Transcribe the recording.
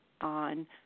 on